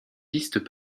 pistes